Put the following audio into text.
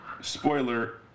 Spoiler